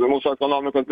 ir mūsų ekonomikos